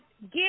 get